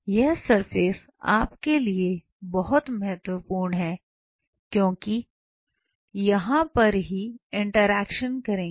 यह सरफेस आपके लिए बहुत महत्वपूर्ण है क्योंकि यहां पर ही इंटरेक्शन करेंगे